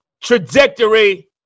trajectory